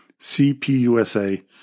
CPUSA